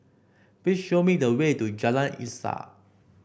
please show me the way to Jalan Insaf